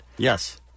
Yes